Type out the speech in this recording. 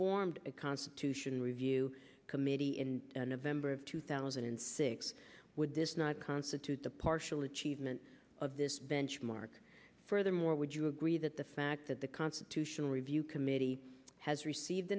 formed a constitution review committee in november of two thousand and six would this not constitute the partial achievement of this benchmark furthermore would you agree that the fact that the constitutional review committee has received